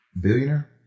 Billionaire